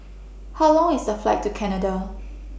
How Long IS The Flight to Canada